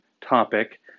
topic